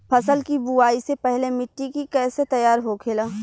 फसल की बुवाई से पहले मिट्टी की कैसे तैयार होखेला?